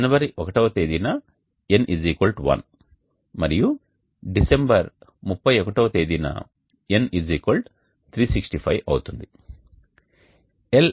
జనవరి 1 వ తేదీన N 1 మరియు డిసెంబర్ 31 వ తేదీన N 365 అవుతుంది